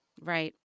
Right